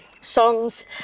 songs